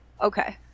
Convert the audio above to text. Okay